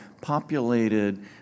populated